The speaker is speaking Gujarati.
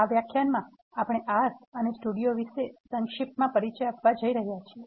આ વ્યાખ્યાનમા આપણે R અને સ્ટુડિયો વિશે સંક્ષિપ્તમાં પરિચય આપવા જઈ રહ્યા છીએ